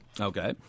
okay